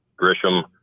Grisham